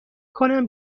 کنم